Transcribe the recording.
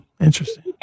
interesting